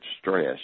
stress